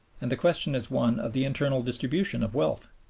and the question is one of the internal distribution of wealth.